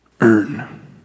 Earn